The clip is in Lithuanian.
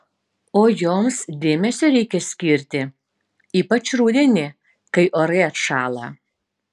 o joms dėmesio reikia skirti ypač rudenį kai orai atšąla